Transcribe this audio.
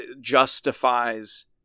justifies